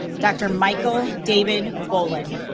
dr. michael david bohlin